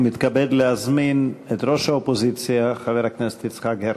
ומתכבד להזמין את ראש האופוזיציה חבר הכנסת יצחק הרצוג.